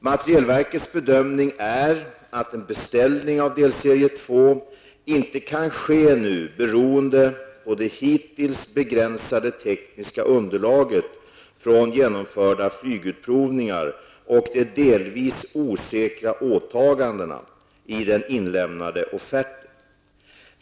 Materielverkets bedömning är att en beställning av delserie 2 inte kan ske nu beroende på det hittills begränsade tekniska underlaget från genomförda flygutprovningar och de delvis osäkra åtagandena i den inlämnade offerten.